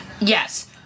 yes